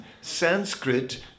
Sanskrit